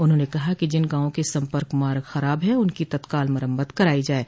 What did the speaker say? उन्होंने कहा कि जिन गांवों के सम्पर्क मार्ग खराब है उनकी तत्काल मरम्मत कराई जाये